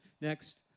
next